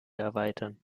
erweitern